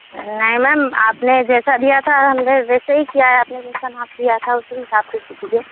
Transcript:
नहीं मेम आपने जैसा दिया था हमने वैसे ही किया है आपने जैसा नाप दिया था उस हिसाब से दिए